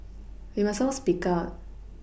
we must all speak out